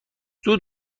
زود